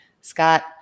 Scott